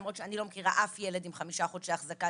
למרות שאני לא מכירה אף ילד עם חמישה חודשי אחזקה,